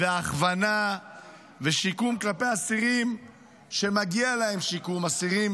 והכוונה כלפי שיקום אסירים